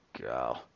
Go